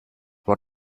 one